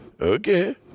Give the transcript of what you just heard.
Okay